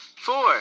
four